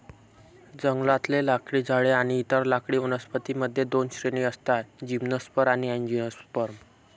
जंगलातले लाकडी झाडे आणि इतर लाकडी वनस्पतीं मध्ये दोन श्रेणी असतातः जिम्नोस्पर्म आणि अँजिओस्पर्म